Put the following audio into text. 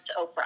Oprah